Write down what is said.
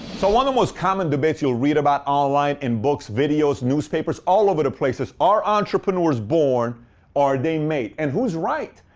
so one of the most common debates you'll read about online, in books, videos, newspapers, all over the place is are entrepreneurs born, or are they made? and who's right?